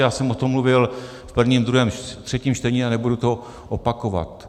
Já jsem o tom mluvil v prvním, druhém, třetím čtení a nebudu to opakovat.